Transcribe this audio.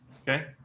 okay